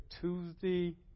Tuesday